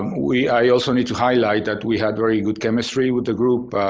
um we i also need to highlight that we had very good chemistry with the group.